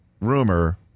rumor